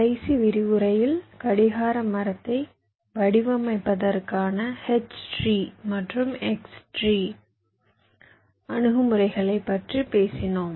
கடைசி விரிவுரையில் கடிகார மரத்தை வடிவமைப்பதற்கான H ட்ரீ மற்றும் X ட்ரீ அணுகுமுறைகளைப் பற்றி பேசினோம்